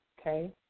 okay